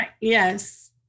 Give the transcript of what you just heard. Yes